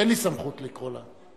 אין לי סמכות לקרוא לה.